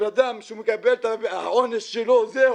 בן אדם שמקבל את העונש שלו זהו.